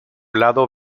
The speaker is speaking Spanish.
lado